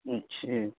اچھے